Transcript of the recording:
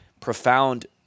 profound